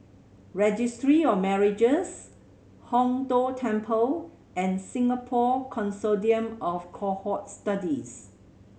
Registry of Marriages Hong Tho Temple and Singapore Consortium of Cohort Studies